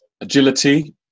agility